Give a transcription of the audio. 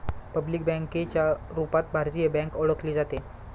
public बँकेच्या रूपात भारतीय बँक ओळखली जाते